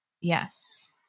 yes